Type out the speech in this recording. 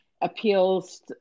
Appeals